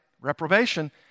reprobation